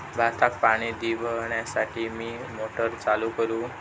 भाताक पाणी दिवच्यासाठी मी मोटर चालू करू?